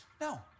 No